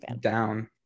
down